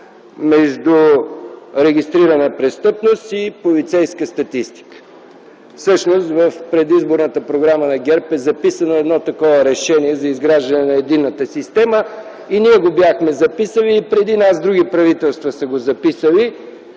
между регистрираната престъпност и полицейската статистика. В предизборната програма на ГЕРБ е записано такова решение – за изграждане на Единната система. И ние го бяхме записали, преди нас и други правителства са го записали,